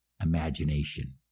imagination